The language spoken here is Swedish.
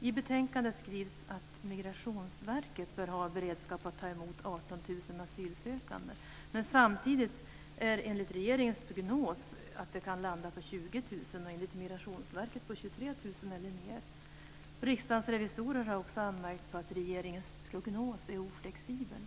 I betänkandet skrivs att Migrationsverket bör ha en beredskap för att ta emot 18 000 asylsökande. Enligt regeringens prognos kan antalet landa på 20 000 och enligt Migrationsverket på 23 000 eller mer. Riksdagens revisorer har också anmärkt på att regeringens prognos är oflexibel.